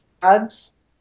drugs